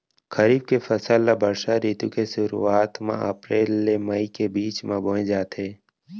खरीफ के फसल ला बरसा रितु के सुरुवात मा अप्रेल ले मई के बीच मा बोए जाथे